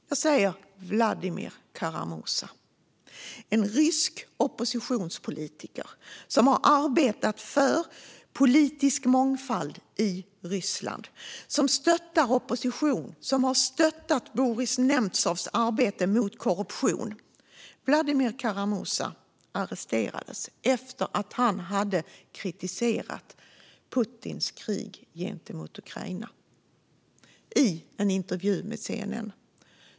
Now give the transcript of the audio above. Jag säger: Vladimir Kara-Murza - en rysk oppositionspolitiker som har arbetat för politisk mångfald i Ryssland, som stöttar opposition och som har stöttat Boris Nemtsovs arbete mot korruption. Vladimir Kara-Murza arresterades efter att ha kritiserat Putins krig gentemot Ukraina i en intervju med CNN.